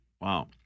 Wow